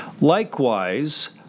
Likewise